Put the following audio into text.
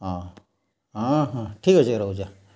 ହଁ ହଁ ହଁ ଠିକ୍ ଅଛେ ରହୁଚେଁ